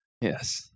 Yes